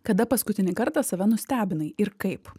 kada paskutinį kartą save nustebinai ir kaip